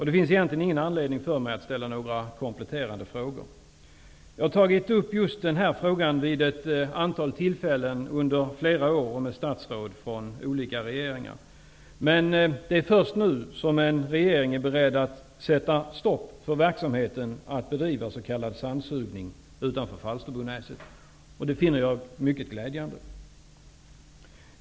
Det finns egentligen ingen anledning för mig att ställa några kompletterande frågor. Jag har tagit upp den här frågan vid ett antal tillfällen under flera år och med statsråd från olika regeringar. Det är först nu som en regering är beredd att sätta stopp för verksamheten att bedriva s.k. sandsugning utanför Falsterbonäset. Det finner jag mycket glädjande.